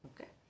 Okay